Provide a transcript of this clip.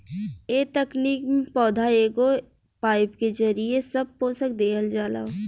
ए तकनीक में पौधा के एगो पाईप के जरिये सब पोषक देहल जाला